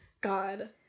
god